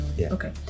okay